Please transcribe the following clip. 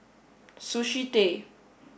Sushi Tei